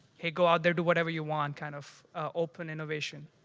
hey go out there, do whatever you want, kind of open innovation.